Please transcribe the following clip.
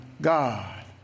God